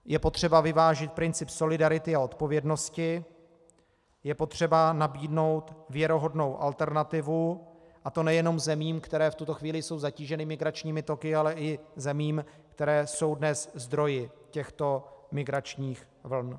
Je potřeba vyvážit princip solidarity a odpovědnosti, je potřeba nabídnout věrohodnou alternativu, a to nejen zemím, které v tuto chvíli jsou zatíženy migračními toky, ale i zemím, které jsou dnes zdroji těchto migračních vln.